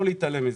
לא להתעלם ממנה.